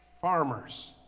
farmers